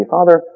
Father